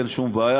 אין שום בעיה,